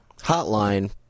hotline